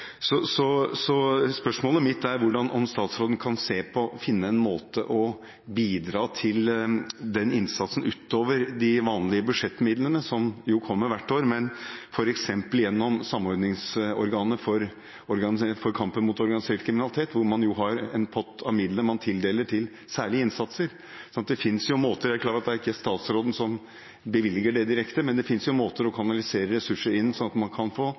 Spørsmålet mitt er om statsråden kan se på og finne en måte å bidra til den innsatsen på utover de vanlige budsjettmidlene som jo kommer hvert år, f.eks. gjennom Samordningsorganet for kampen mot organisert kriminalitet, der man jo har en pott med midler som man tildeler til særlige innsatser. Jeg er klar over at det ikke er statsråden som bevilger det direkte, men det finnes jo måter å kanalisere ressurser inn på, slik at man kan få